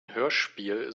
hörspiel